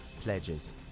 pledges